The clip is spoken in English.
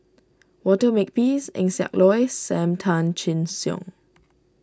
Walter Makepeace Eng Siak Loy Sam Tan Chin Siong